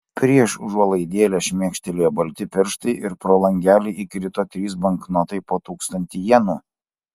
prieš užuolaidėlę šmėkštelėjo balti pirštai ir pro langelį įkrito trys banknotai po tūkstantį jenų